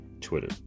Twitter